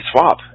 swap